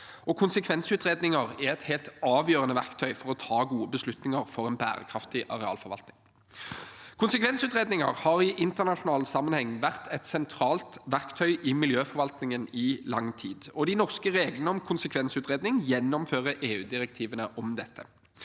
Konsekvensutredninger er et helt avgjørende verktøy for å ta gode beslutninger for en bærekraftig arealforvaltning. Konsekvensutredninger har i internasjonal sammenheng vært et sentralt verktøy i miljøforvaltningen i lang tid. De norske reglene om konsekvensutredning gjennomfører EU-direktivene om dette.